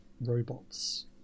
robots